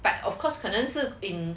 but of course 可能是 in